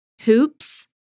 hoops